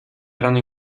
erano